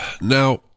now